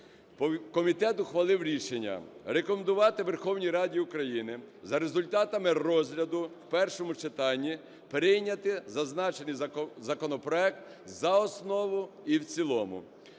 Комітет ухвалив рішення рекомендувати Верховній Раді України за результатами розгляду в першому читанні прийняти зазначений законопроект за основу і в цілому.